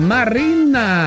Marina